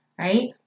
Right